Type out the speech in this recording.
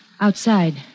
outside